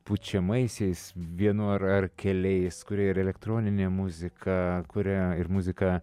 pučiamaisiais vienu ar ar keliais kuria ir elektroninę muziką kurią ir muziką